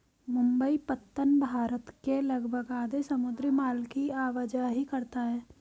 मुंबई पत्तन भारत के लगभग आधे समुद्री माल की आवाजाही करता है